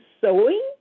sewing